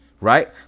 right